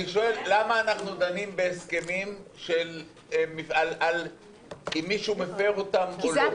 אני שואל למה אנחנו דנים בהסכמים אם מישהו מפר אותם או לא?